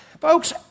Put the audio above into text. folks